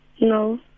No